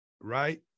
Right